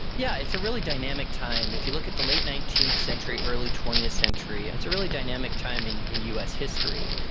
yeah. it's a really dynamic time. if you look at the late nineteenth century, early twentieth century, it's a really dynamic time in in us history.